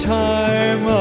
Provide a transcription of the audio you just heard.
time